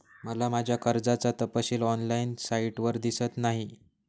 मला माझ्या कर्जाचा तपशील ऑनलाइन साइटवर दिसत नाही